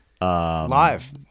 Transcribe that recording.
Live